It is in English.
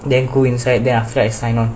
then go inside after that I sign on